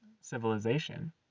civilization